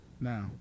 now